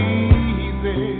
easy